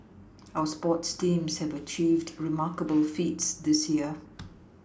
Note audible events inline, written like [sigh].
our sports teams have achieved remarkable feats this year [noise]